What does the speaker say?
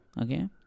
Okay